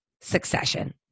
succession